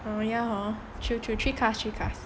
oh ya hor true true three cars three cars